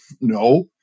no